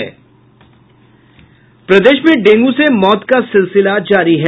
प्रदेश में डेंगू से मौत का सिलसिला जारी है